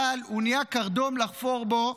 אבל הוא נהיה קרדום לחפור בו,